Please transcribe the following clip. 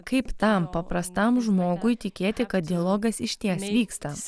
kaip tam paprastam žmogui tikėti kad dialogas išties vyksta